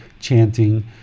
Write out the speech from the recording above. chanting